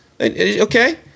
Okay